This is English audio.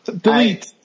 delete